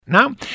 Now